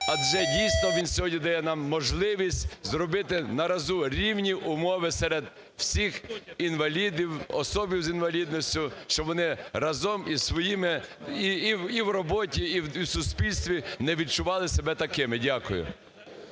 Адже дійсно він сьогодні дає нам можливість зробити наразі рівні умови серед всіх інвалідів, осіб з інвалідністю, щоб вони разом із своїми… і в роботі, і в суспільстві не відчували себе такими. Дякую.